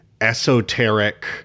esoteric